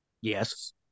Yes